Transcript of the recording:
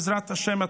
בעזרת השם,